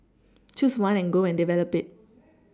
choose one and go and develop it